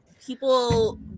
People